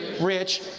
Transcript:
rich